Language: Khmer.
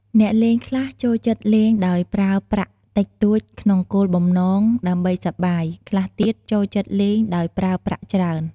អ្នកលេងខ្លះចូលចិត្តលេងដោយប្រើប្រាក់តិចតួចក្នុងគោលបំណងដើម្បីសប្បាយ ខ្លះទៀតចូលចិត្តលេងដោយប្រើប្រាក់ច្រើន។